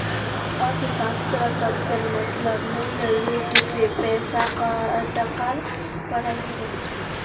अर्थशाश्त्र शब्देर मतलब मूलरूप से पैसा टकार पढ़ाई होचे